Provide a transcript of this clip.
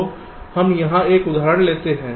तो हम यहां एक उदाहरण लेते हैं